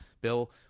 bill